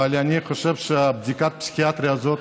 אבל אני חושב שהבדיקה הפסיכיאטרית הזאת,